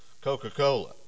Coca-Cola